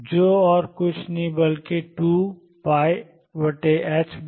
जो और कुछ नहीं बल्कि 2 hpहै